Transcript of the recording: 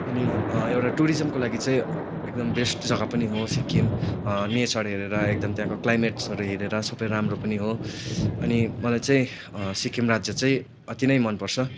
अनि एउटा टुरिज्मको लागि चाहिँ एकदम बेस्ट जग्गा पनि हो सिक्किम नेचर हेरेर एकदम त्यहाँको क्लाइमेट्सहरू हेरेर सबै राम्रो पनि हो अनि मलाई चाहिँ सिक्किम राज्य चाहिँ अति नै मन पर्छ